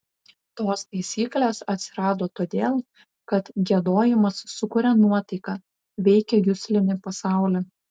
tos taisyklės atsirado todėl kad giedojimas sukuria nuotaiką veikia juslinį pasaulį